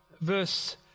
verse